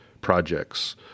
projects